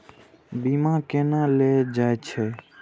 बीमा केना ले जाए छे?